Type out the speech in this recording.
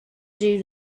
due